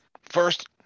first